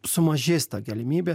sumažės ta galimybė